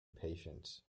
patience